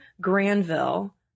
Granville